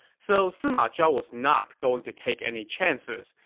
so sima zhao was not going to take any chances.